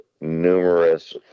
numerous